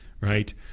right